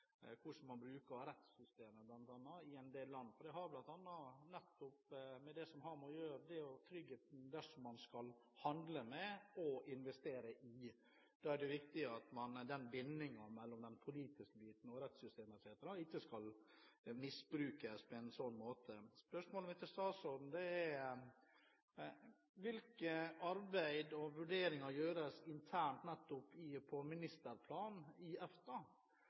hvordan man bl.a. bruker rettssystemet i en del land. Det har bl.a. å gjøre med tryggheten dersom man skal handle med og investere i land, og da er det viktig at bindingen mellom den politiske biten og rettssystemet etc. ikke misbrukes. Spørsmålene til statsråden er: Hvilket arbeid og hvilke vurderinger gjøres internt på ministerplan i EFTA